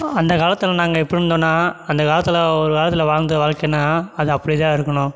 அந்தக் காலத்தில் நாங்கள் எப்படி இருந்தோன்னால் அந்தக் காலத்தில் ஒரு காலத்தில் வாழ்ந்த வாழ்க்கைனா அது அப்படிதான் இருக்கணும்